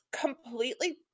completely